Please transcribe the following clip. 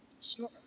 Sure